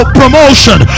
promotion